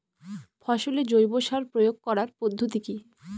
ফসলে জৈব সার প্রয়োগ করার পদ্ধতি কি?